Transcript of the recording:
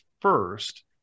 first